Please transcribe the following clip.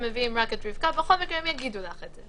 הם מביאים רק את רבקה בכל מקרה הם יגידו לך את זה.